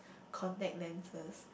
contact lenses